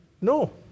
No